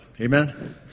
Amen